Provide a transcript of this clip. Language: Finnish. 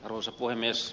arvoisa puhemies